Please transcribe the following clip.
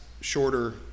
shorter